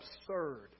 absurd